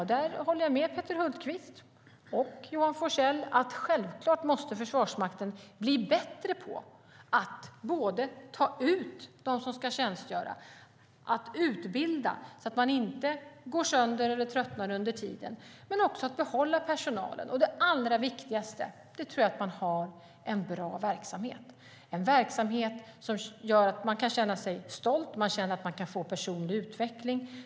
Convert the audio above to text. Jag håller med Peter Hultqvist och Johan Forssell om att Försvarsmakten självklart måste bli bättre på att ta ut dem som ska tjänstgöra och utbilda så att de inte går sönder eller tröttnar under tiden, och man måste bli bättre på att behålla personalen. Det allra viktigaste tror jag är att man har en bra verksamhet som gör att det går att känna sig stolt och det går att få personlig utveckling.